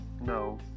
No